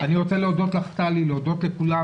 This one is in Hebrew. אני רוצה להודות לך טלי ולכולם,